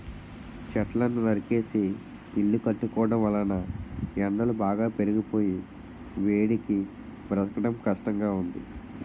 చెట్లను నరికేసి ఇల్లు కట్టుకోవడం వలన ఎండలు బాగా పెరిగిపోయి వేడికి బ్రతకడం కష్టంగా ఉంది